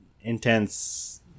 intense